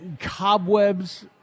cobwebs